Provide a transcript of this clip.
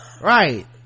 right